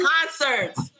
Concerts